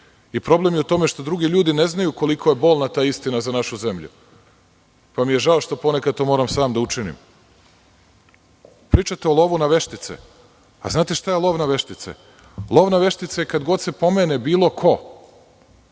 Problem je što drugi ljudi ne znaju koliko je bolna ta istina za našu zemlju, pa mi je žao što ponekad moram sam da učinim. Pričate o lovu na veštice, a znate šta je lov na veštice. Lov na veštice je kad god se pomene bilo ko